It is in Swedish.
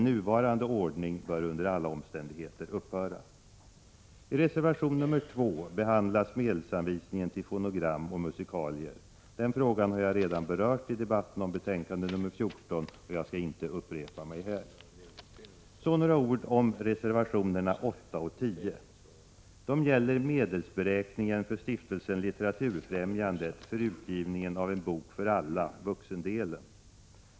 Nuvarande ordning bör under alla omständigheter upphöra. I reservation nr 2 behandlas medelsanvisningen till fonogram och musikalier. Den frågan har jag redan berört i debatten om betänkande 14, och jag skall inte upprepa mig här. Så några ord om reservationerna nr 8 och 10. De gäller medelsberäkningen för Stiftelsen Litteraturfrämjandet för utgivning av En bok för alla, vuxendelen.